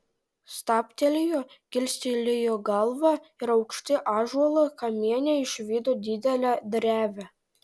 stabtelėjo kilstelėjo galvą ir aukštai ąžuolo kamiene išvydo didelę drevę